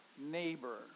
neighbor